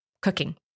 cooking